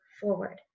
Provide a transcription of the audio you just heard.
forward